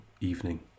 evening